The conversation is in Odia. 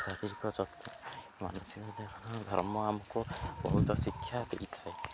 ଶାରୀରିକ ଯତ୍ନ ମାନସିକ ଧର୍ମ ଆମକୁ ବହୁତ ଶିକ୍ଷା ଦେଇଥାଏ